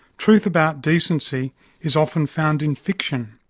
truth about decency is often found in fiction.